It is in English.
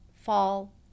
fall